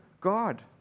God